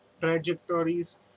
trajectories